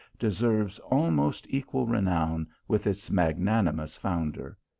deserves almost equal renown with its magnanimous founder.